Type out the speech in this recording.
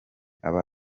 aba